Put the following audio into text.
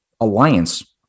alliance